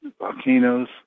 volcanoes